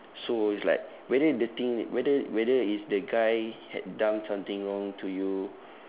so it's like whether the thing whether whether it's the guy had done something wrong to you